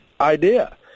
idea